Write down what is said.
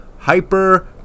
Hyper